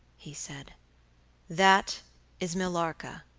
he said that is millarca.